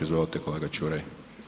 Izvolite kolega Čuraj.